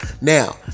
now